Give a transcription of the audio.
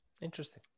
Interesting